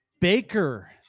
Baker